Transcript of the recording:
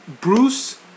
Bruce